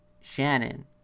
Shannon